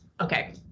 Okay